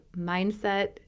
mindset